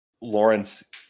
Lawrence